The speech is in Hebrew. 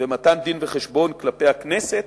ומתן דין-וחשבון כלפי הכנסת,